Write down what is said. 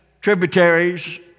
tributaries